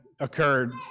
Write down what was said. Occurred